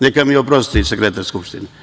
Neka mi oprosti sekretar Skupštine.